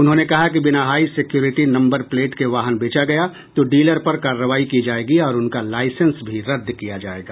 उन्होंने कहा कि बिना हाई सिक्योरिटी नम्बर प्लेट के वाहन बेचा गया तो डीलर पर कार्रवाई की जायेगी और उनका लाइसेंस भी रद्द किया जायेगा